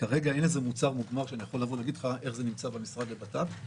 כרגע אין איזה מוצר מוגמר שאני יכול להגיד לך איך זה נמצא במשרד לבט"פ.